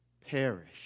perish